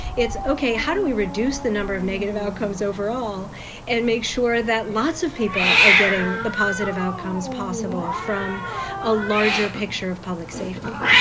it's okay. how do we reduce the number of negative outcomes overall and make sure that lots of people are getting the positive outcomes possible from a larger picture of public safety?